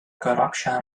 corruption